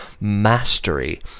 mastery